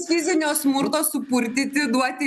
fizinio smurto supurtyti duoti